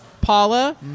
Paula